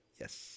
Yes